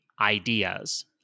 Ideas